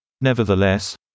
Nevertheless